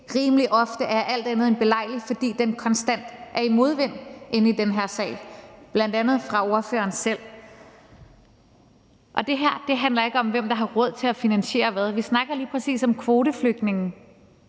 rimelig ofte er alt andet end belejlig, fordi den konstant er i modvind i den her sal, bl.a. fra ordføreren selv, og det her handler ikke om, hvem der har råd til at finansiere hvad. Vi snakker lige præcis om kvoteflygtningene,